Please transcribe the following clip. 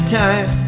time